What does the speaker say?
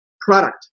product